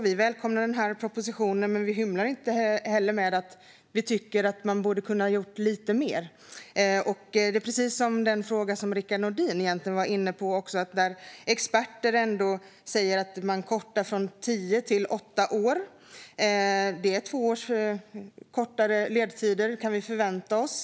Vi välkomnar den här propositionen, men vi hymlar inte med att vi tycker att man borde ha kunnat göra lite mer. Det är precis som den fråga som Rickard Nordin var inne på: Experter säger att man kan korta från tio till åtta år. Det är två års kortare ledtider som vi kan förvänta oss.